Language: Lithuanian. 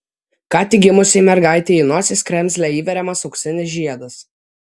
ką tik gimusiai mergaitei į nosies kremzlę įveriamas auksinis žiedas